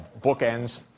bookends